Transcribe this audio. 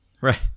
Right